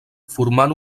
formant